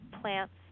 plants